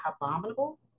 abominable